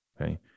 Okay